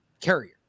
carrier